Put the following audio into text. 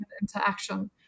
interaction